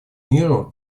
миру